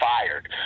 fired